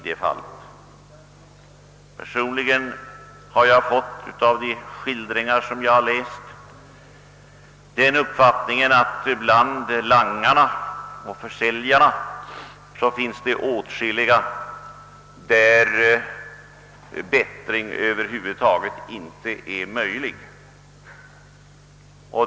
Personligen har jag av de skildringar jag har läst fått uppfattningen att det bland langarna och försäljarna finns åtskilliga av vilka man inte kan vänta sig någon bättring.